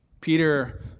Peter